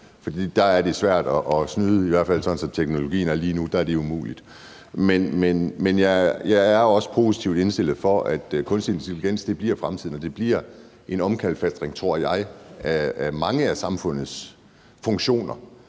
der er det svært at snyde – i hvert fald sådan som teknologien er lige nu, er det umuligt. Men jeg er også positivt indstillet over for, at kunstig intelligens bliver fremtiden, og det bliver en omkalfatring, tror jeg, af mange af samfundets funktioner.